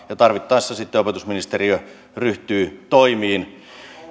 tarvittaessa sitten opetusministeriö ryhtyy toimiin